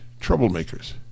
troublemakers